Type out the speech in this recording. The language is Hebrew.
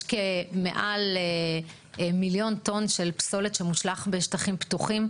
יש מעל למיליון טון של פסולת שמושלכת בשטחים פתוחים.